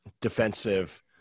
defensive